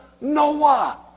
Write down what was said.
Noah